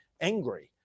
angry